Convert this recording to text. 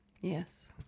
yes